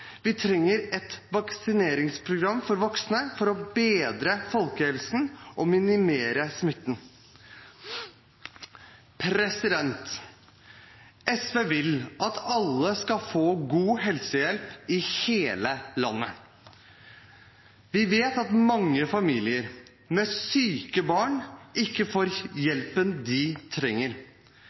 Vi trenger et vaksineringsprogram for voksne for å bedre folkehelsen og minimere smitten. SV vil at alle skal få god helsehjelp, i hele landet. Vi vet at mange familier med syke barn ikke får hjelpen de trenger.